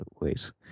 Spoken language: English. ways